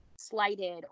slighted